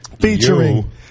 featuring